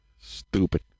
Stupid